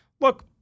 Look